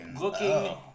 looking